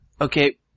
okay